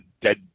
dead